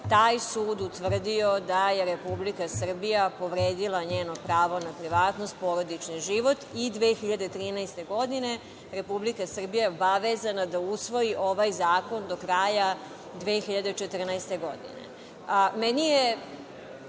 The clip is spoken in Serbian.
taj sud utvrdio da je Republika Srbija povredila njeno pravo na privatnost, porodični život i 2013. godine Republika Srbija je obavezana da usvoji ovaj zakon do kraja 2014. godine. Nije